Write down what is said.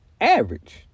Average